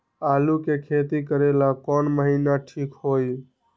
आलू के खेती करेला कौन महीना ठीक होई?